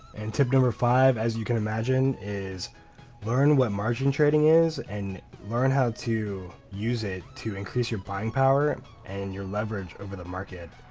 and tip number five as you can imagine is learn what margin trading is and learn how to use it to increase your buying power and your leverage over the market.